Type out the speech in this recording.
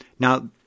Now